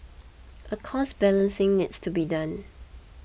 a cost balancing needs to be done